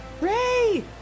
Ray